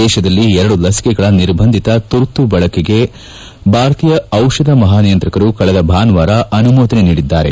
ದೇಶದಲ್ಲಿ ಎರಡು ಲಸಿಕೆಗಳ ನಿರ್ಬಂಧಿತ ತುರ್ತು ಬಳಕೆಗೆ ಭಾರತೀಯ ಔಷಧ ಮಹಾನಿಯಂತ್ರಕರು ಕಳೆದ ಭಾನುವಾರ ಅನುಮೋದನೆ ನೀಡಿದ್ದಾರೆ